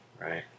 right